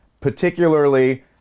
particularly